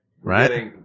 Right